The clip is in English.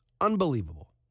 Unbelievable